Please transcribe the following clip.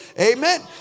Amen